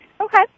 okay